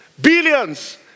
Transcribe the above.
Billions